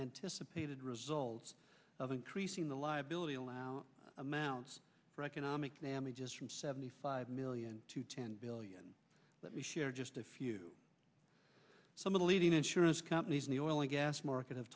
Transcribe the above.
anticipated results of increasing the liability allowed amounts for economic damages from seventy five million to ten billion let me share just a few some of the leading insurance companies in the oil and gas market